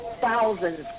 thousands